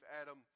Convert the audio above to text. Adam